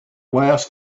last